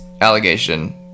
allegation